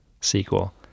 sequel